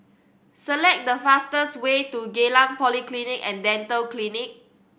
select the fastest way to Geylang Polyclinic And Dental Clinic